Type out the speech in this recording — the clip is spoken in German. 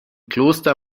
kloster